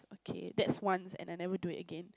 okay that's once and I never do it again